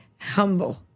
Humble